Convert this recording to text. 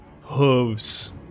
hooves